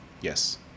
Yes